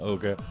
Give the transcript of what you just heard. Okay